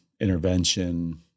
intervention